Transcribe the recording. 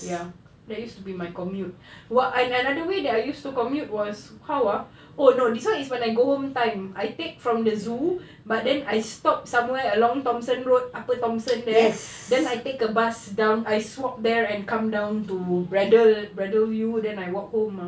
ya that used to be my commute !wah! and another way that I used to commute was how ah oh no this one is when I go home time I take from the zoo but then I stop somewhere along thomson road upper thomson there then I take a bus down I walk there I come down to braddell braddell view then I walk home ah